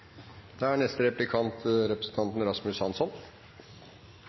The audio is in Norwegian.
Da har representanten Rasmus Hansson